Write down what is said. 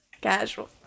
casual